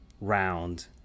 round